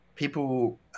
People